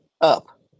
up